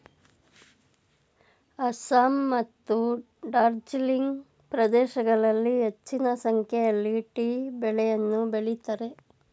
ಅಸ್ಸಾಂ ಮತ್ತು ಡಾರ್ಜಿಲಿಂಗ್ ಪ್ರದೇಶಗಳಲ್ಲಿ ಹೆಚ್ಚಿನ ಸಂಖ್ಯೆಯಲ್ಲಿ ಟೀ ಬೆಳೆಯನ್ನು ಬೆಳಿತರೆ